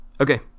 Okay